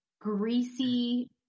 greasy